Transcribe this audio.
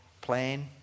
plan